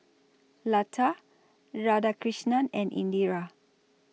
Lata Radhakrishnan and Indira